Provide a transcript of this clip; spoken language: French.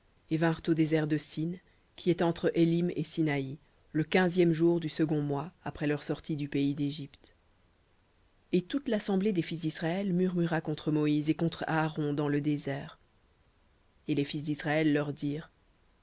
et vinrent au désert de sin qui est entre élim et sinaï le quinzième jour du second mois après leur sortie du pays dégypte et toute l'assemblée des fils d'israël murmura contre moïse et contre aaron dans le désert et les fils d'israël leur dirent